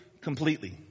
completely